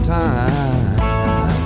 time